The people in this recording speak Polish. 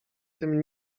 tym